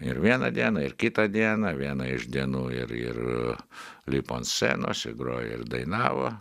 ir vieną dieną ir kitą dieną vieną iš dienų ir ir lipo ant scenos ir grojo ir dainavo